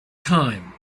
time